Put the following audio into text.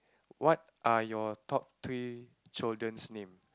what are your top three children's name